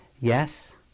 Yes